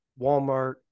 walmart